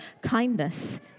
kindness